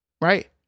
right